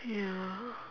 ya